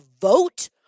vote